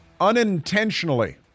unintentionally